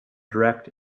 direct